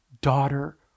daughter